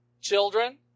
Children